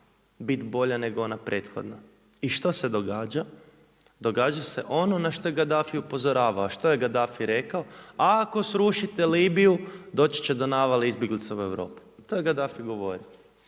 bit bolja nego ona prethodna. I što se događa? Događa se ono na što je Gaddafi upozoravao. A što je Gaddafi rekao? Ako srušite Libiju doći će do navale izbjeglica u Europu, to je Gaddafi govorio.